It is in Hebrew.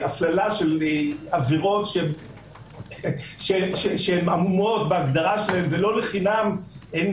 הפללה של עבירות שהן עמומות בהגדרה שלהן ולא לחינם אין